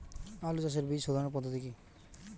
আলু চাষের বীজ সোধনের পদ্ধতি কি?